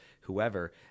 whoever